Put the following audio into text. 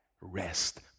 rest